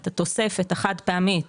את התוספת החד-פעמית